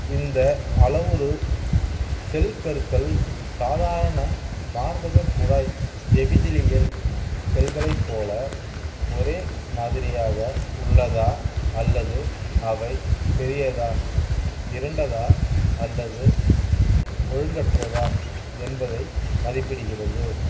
இந்த அளவுரு செல் கருக்கள் சாதாரண மார்பகக் குழாய் எபிதிலியல் செல்களைப் போல ஒரே மாதிரியாக உள்ளதா அல்லது அவை பெரியதா இருண்டதா அல்லது ஒழுங்கற்றதா என்பதை மதிப்பிடுகிறது